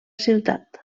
ciutat